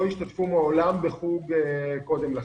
לא השתתפו מעולם בחוג קודם לכן.